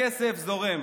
הכסף זורם.